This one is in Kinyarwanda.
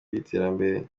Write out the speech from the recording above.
by’iterambere